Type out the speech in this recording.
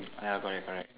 ya correct correct